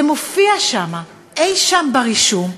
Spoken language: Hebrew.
זה מופיע שם, אי-שם ברישום,